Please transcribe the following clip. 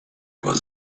was